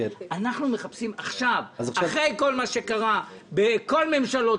אנחנו מחפשים אחרי כל מה שקרה בכל ממשלות